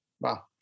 Wow